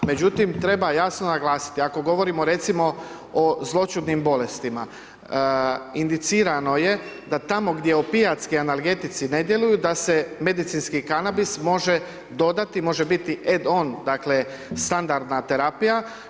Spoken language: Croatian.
Međutim, treba jasno naglasiti, ako govorimo, recimo, o zloćudnim bolestima, indicirano je da tamo gdje opijatski analgetici ne djeluju da se medicinski kanabis može dodati, može biti ed on, dakle, standardna terapija.